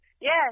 Yes